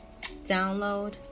download